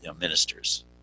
ministers